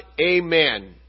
Amen